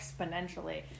exponentially